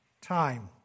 time